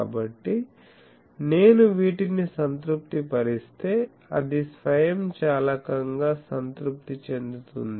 కాబట్టి నేను వీటిని సంతృప్తిపరిస్తే ఇది స్వయంచాలకంగా సంతృప్తి చెందుతుంది